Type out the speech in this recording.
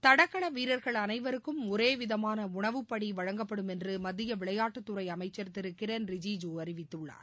தடகள வீரர்கள் அனைவருக்கும் ஒரேவிதமான உணவுப்படி வழங்கப்படும் என்று மத்திய விளையாட்டுத்துறை அமைச்சர் திரு கிரண் ரிஜிஜூ அறிவித்துள்ளார்